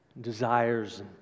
desires